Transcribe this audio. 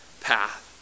path